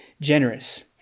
generous